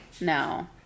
no